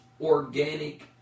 organic